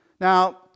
Now